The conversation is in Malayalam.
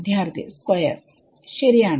വിദ്യാർത്ഥി സ്ക്വയർ ശരിയാണ്